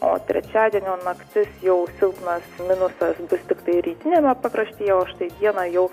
o trečiadienio naktis jau silpnas minusas bus tiktai rytiniame pakraštyje o štai dieną jau